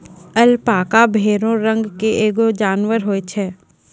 alpaca भेड़ो रंग के एगो जानबर होय छै